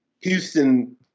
Houston